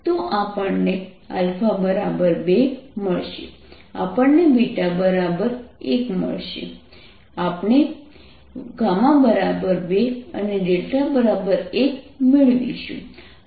તો આપણને 2 મળશે આપણે 1 મેળવીશું આપણે 2 અને 1 મેળવીશું